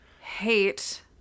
hate